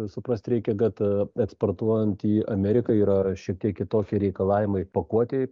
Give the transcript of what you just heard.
suprast reikia kad eksportuojant į ameriką yra šiek tiek kitokie reikalavimai pakuotei